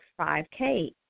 5K